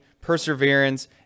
perseverance